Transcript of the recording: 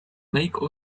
make